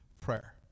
prayer